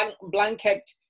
blanket